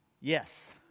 Yes